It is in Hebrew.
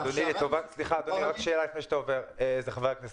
אדוני, רק עוד שאלה לפני שאתה עובר הלאה.